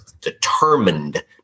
determined